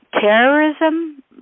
terrorism